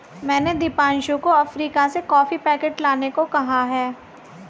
मैंने दीपांशु को अफ्रीका से कॉफी पैकेट लाने को कहा है